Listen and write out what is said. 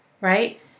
right